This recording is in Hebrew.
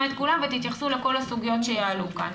את כולם ותתייחסו לכל הסוגיות שיעלו כאן,